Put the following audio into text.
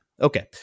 okay